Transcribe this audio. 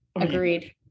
agreed